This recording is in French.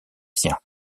siens